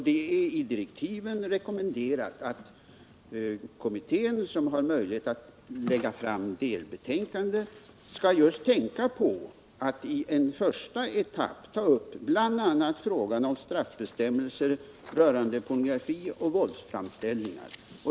Det är i direktiven rekommenderat att kommittén, som har möjlighet att lägga fram delbetänkanden, skall tänka på att i en första etapp ta upp bl.a. frågan om straffbestämmelser rörande pornografi och våldsframställningar.